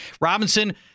Robinson